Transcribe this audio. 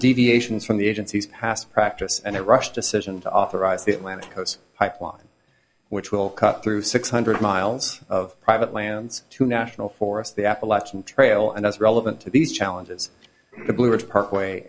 deviations from the agency's past practice and a rush decision to authorize the atlantic coast pipeline which will cut through six hundred miles of private lands to national forests the appalachian trail and as relevant to these challenges the blue ridge parkway